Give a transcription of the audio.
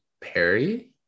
Perry